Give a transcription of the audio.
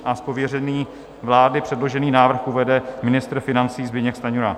Z pověření vlády předložený návrh uvede ministr financí Zbyněk Stanjura.